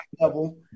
level